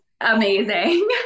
amazing